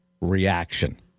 reaction